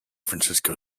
francisco